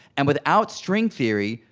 and without string theory,